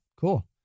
Cool